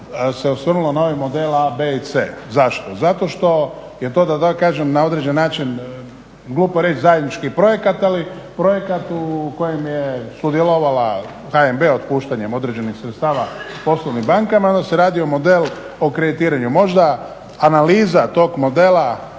se osvrnulo na ovaj model a, b i c. Zašto? zato što je to da tako kažem na određeni način glupo reći zajednički projekat ali projekat u kojem je sudjelovala HNB otpuštanjem određenih sredstava poslovnim bankama. Onda se radio model o kreditiranju. Možda analiza tog modela